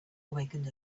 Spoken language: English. awakened